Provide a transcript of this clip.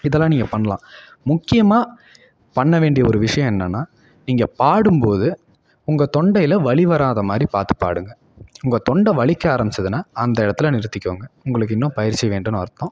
இதெல்லாம் நீங்க பண்ணலாம் முக்கியமாக பண்ண வேண்டிய ஒரு விஷயம் என்னன்னால் நீங்கள் பாடும்போது உங்கள் தொண்டையில் வலி வராத மாதிரி பார்த்து பாடுங்க உங்கள் தொண்டை வலிக்க ஆரம்பித்துதுன்னா அந்த இடத்துல நிறுத்திக்கோங்க உங்களுக்கு இன்னும் பயிற்சி வேண்டும்னு அர்த்தம்